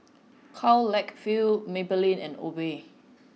Karl Lagerfeld Maybelline and Obey